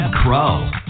Crow